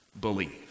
believe